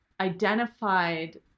identified